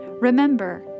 remember